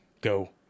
go